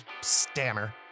stammer